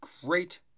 great